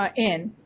ah in.